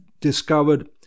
discovered